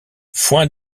foin